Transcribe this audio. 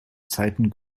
zeiten